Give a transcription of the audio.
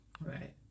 Right